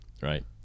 right